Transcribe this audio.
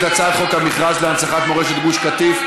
הצעת חוק המרכז להנצחת מורשת גוש קטיף,